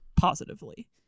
Positively